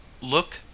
look